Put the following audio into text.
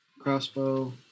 crossbow